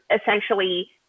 essentially